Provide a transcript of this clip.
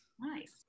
Nice